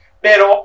Pero